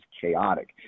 chaotic